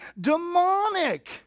Demonic